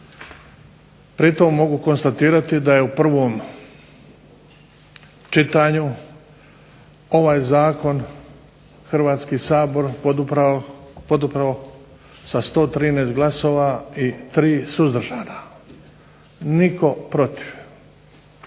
Pri tom mogu konstatirati da je u prvom čitanju ovaj Zakon Hrvatski sabor podupro sa 113 glasova i 3 suzdržana, nitko protiv.